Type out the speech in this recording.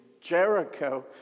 Jericho